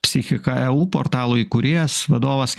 psichika eu portalo įkūrėjas vadovas